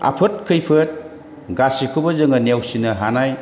आफोद खैफोद गासैखौबो जोङो नेवसिनो हानाय